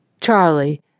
Charlie